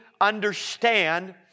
understand